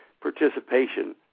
participation